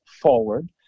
forward